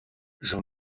jean